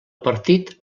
partit